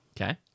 Okay